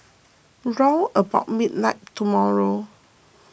round about midnight tomorrow